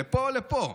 לפה או לפה?